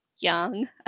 Young